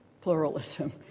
pluralism